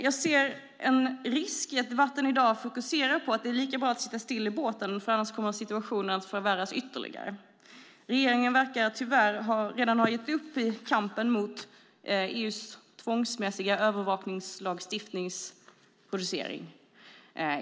Jag ser en risk i att debatten i dag fokuserar på att det är lika bra att sitta still i båten för annars kommer situationen att förvärras ytterligare. Regeringen verkar tyvärr redan ha gett upp i kampen mot EU:s tvångsmässiga producering av övervakningslagstiftning.